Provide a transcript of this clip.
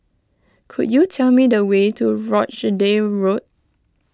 could you tell me the way to Rochdale Road